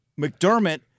McDermott